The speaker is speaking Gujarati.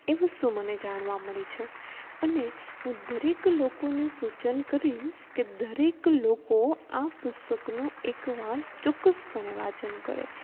એ વસ્તુ મને જાણવા મળી છે અને હું દરેક લોકોને સૂચન કરીશ કે દરેક લોકો આ પુસ્તકનો એકવાર ચોક્કસપણે વાંચન કરે